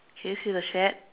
can you see the shed